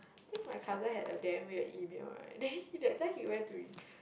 think my cousin had a damn weird email then that time he went to